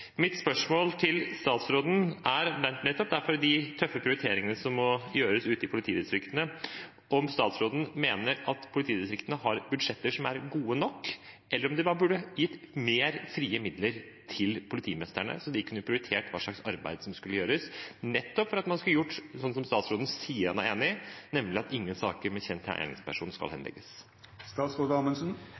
ute i politidistriktene, om statsråden mener at politidistriktene har budsjetter som er gode nok, eller om man burde gitt flere frie midler til politimestrene, slik at de kunne prioritert hva slags arbeid som skal gjøres, nettopp for at man skal kunne gjøre det som statsråden sier han er enig i, nemlig at ingen saker med kjent gjerningsperson skal